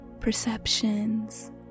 perceptions